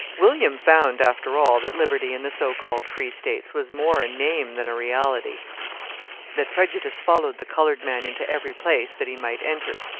william found, after all, that liberty in the so-called free states was more a name than a reality that prejudice followed the coloured man into every place that he might enter.